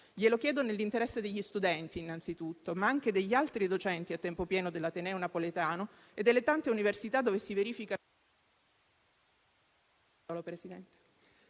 Glielo chiedo nell'interesse degli studenti, innanzitutto, ma anche degli altri docenti a tempo pieno dell'Ateneo napoletano e delle tante università dove si verifica...